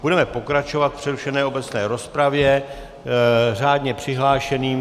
Budeme pokračovat v přerušené obecné rozpravě řádně přihlášeným.